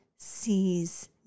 sees